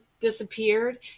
disappeared